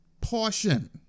portion